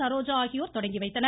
சரோஜா ஆகியோர் தொடங்கிவைத்தனர்